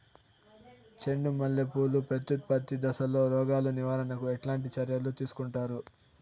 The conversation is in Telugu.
చెండు మల్లె పూలు ప్రత్యుత్పత్తి దశలో రోగాలు నివారణకు ఎట్లాంటి చర్యలు తీసుకుంటారు?